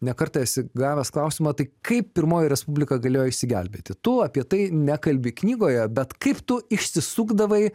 ne kartą esi gavęs klausimą tai kaip pirmoji respublika galėjo išsigelbėti tu apie tai nekalbi knygoje bet kaip tu išsisukdavai